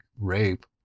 rape